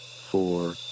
four